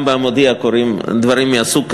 גם ב"המודיע" קורים דברים מהסוג הזה.